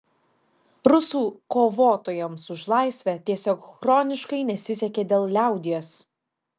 rusų kovotojams už laisvę tiesiog chroniškai nesisekė dėl liaudies